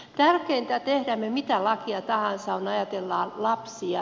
tärkeintä teemme me mitä lakeja tahansa on ajatella lapsia